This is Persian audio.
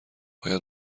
باید